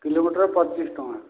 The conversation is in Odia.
କିଲୋମିଟର୍ ପଚିଶ ଟଙ୍କା